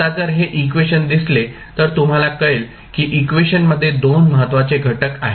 आता जर हे इक्वेशन दिसले तर तुम्हाला कळेल की इक्वेशनमध्ये 2 महत्वाचे घटक आहेत